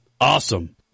Awesome